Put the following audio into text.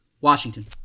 Washington